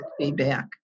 feedback